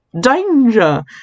danger